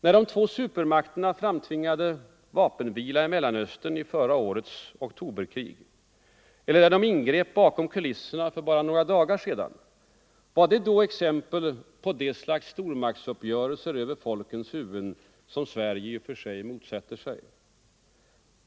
När de två supermakterna tvingade fram vapenvila i Mellanöstern i förra årets oktoberkrig, eller när de ingrep bakom kulisserna som för bara några dagar sedan, var det då exempel på det slags supermaktsuppgörelser över folkens huvuden som Sverige i och för sig motsätter sig?